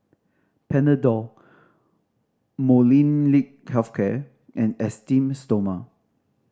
Panadol Molnylcke Health Care and Esteem Stoma